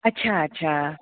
अच्छा अच्छा